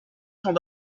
sont